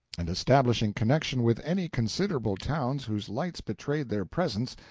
and establishing connection with any considerable towns whose lights betrayed their presence,